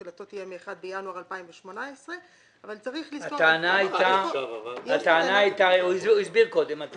תחילתו תהיה מ-1 בינואר 2018. היו הסברים אבל זה